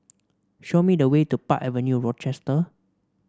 show me the way to Park Avenue Rochester